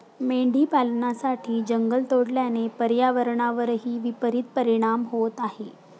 मेंढी पालनासाठी जंगल तोडल्याने पर्यावरणावरही विपरित परिणाम होत आहे